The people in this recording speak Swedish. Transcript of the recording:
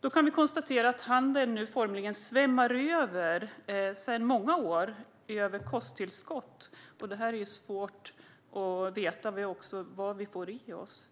Vi kan konstatera att handeln sedan många år formligen svämmar över av kosttillskott, och det är svårt att veta vad vi får i oss.